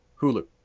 Hulu